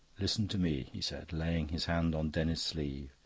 listen to me, he said, laying his hand on denis's sleeve.